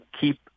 keep